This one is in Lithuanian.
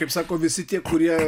kaip sako visi tie kurie